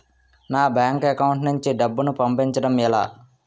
నా bank account నుంచి డబ్బును పంపించడం ఎలా?